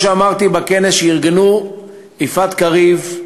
וכמו שאמרתי בכנס שארגנו יפעת קריב,